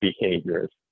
behaviors